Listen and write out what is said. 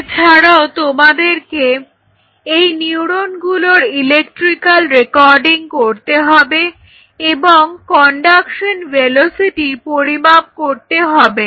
এছাড়াও তোমাদেরকে এই নিউরনগুলোর ইলেকট্রিক্যাল রেকর্ডিং করতে হবে এবং কন্ডাকশন ভেলোসিটি পরিমাপ করতে হবে